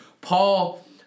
Paul